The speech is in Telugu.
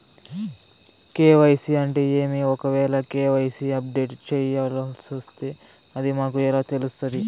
కె.వై.సి అంటే ఏమి? ఒకవేల కె.వై.సి అప్డేట్ చేయాల్సొస్తే అది మాకు ఎలా తెలుస్తాది?